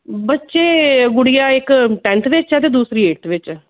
ਬੱਚੇ ਗੁੜੀਆ ਇੱਕ ਟੈਂਨਥ ਵਿੱਚ ਹੈ ਅਤੇ ਦੂਸਰੀ ਏਟਥ ਵਿੱਚ ਹੈ